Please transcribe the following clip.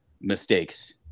mistakes